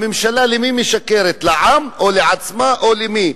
הממשלה, למי משקרת, לעם, או לעצמה, או למי?